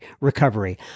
recovery